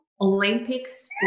Olympics